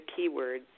keywords